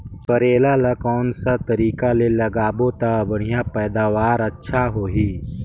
करेला ला कोन सा तरीका ले लगाबो ता बढ़िया पैदावार अच्छा होही?